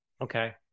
Okay